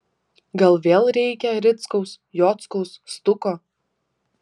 gal vėl reikia rickaus jockaus stuko